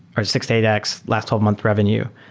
or six to eight x last twelve months revenue.